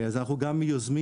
אז אנחנו גם יוזמים.